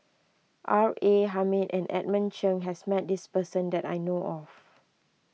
R A Hamid and Edmund Cheng has met this person that I know of